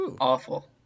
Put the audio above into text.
awful